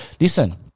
Listen